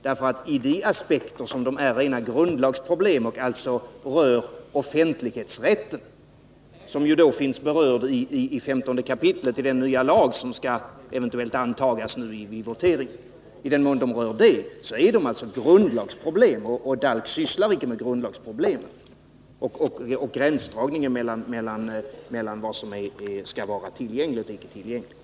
I den mån dessa problem är rena grundlagsproblem och rör offentlighetsrätten — som ju finns berörd i 15 kap. i den nya lag som eventuellt skall antas nu i en votering — så är de alltså grundlagsproblem, och DALK sysslar icke med grundlagsproblem och gränsdragningen mellan vad som skall vara tillgängligt och icke tillgängligt.